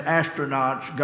astronauts